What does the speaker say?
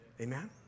Amen